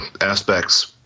aspects